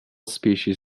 species